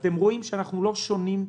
אתם רואים שאנחנו לא שונים.